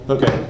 Okay